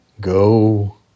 go